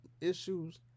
issues